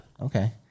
Okay